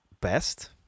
best